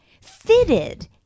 fitted